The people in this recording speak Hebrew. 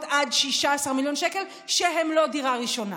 עד 16 מיליון שקל שהן לא דירה ראשונה.